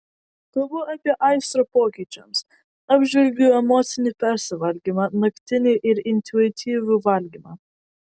kalbu apie aistrą pokyčiams apžvelgiu emocinį persivalgymą naktinį ir intuityvų valgymą